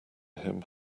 him